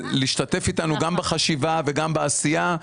ולהשתתף איתנו גם בחשיבה וגם בעשייה.